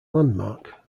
landmark